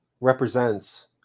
represents